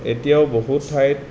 এতিয়াও বহু ঠাইত